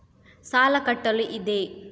ಸಾಲ ಕಟ್ಟಲು ಇದೆ